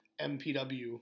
MPW